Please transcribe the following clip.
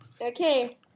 Okay